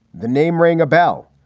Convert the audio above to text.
the name ring a bell.